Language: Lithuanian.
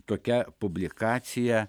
tokia publikacija